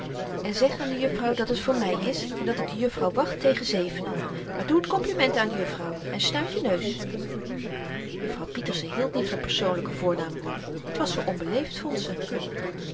en zeg aan de juffrouw dat t voor my is en dat ik de juffrouw wacht tegen zevenen maar doe t kompliment aan de juffrouw en snuit je neus juffrouw pieterse hield niet van persoonlyke voornaamwoorden t was zoo onbeleefd